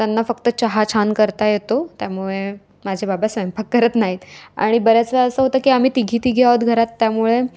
त्यांना फक्त चहा छान करता येतो त्यामुळे माझे बाबा स्वयंपाक करत नाहीत आणि बऱ्याच वेळा असं होतं की आम्ही तिघी तिघी आहोत घरात त्यामुळे